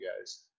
guys